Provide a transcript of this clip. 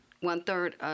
One-third